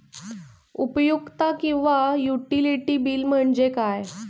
उपयुक्तता किंवा utility bill म्हणजे काय?